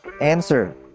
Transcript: answer